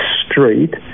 street